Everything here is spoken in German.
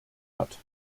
hat